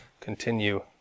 continue